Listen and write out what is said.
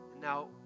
Now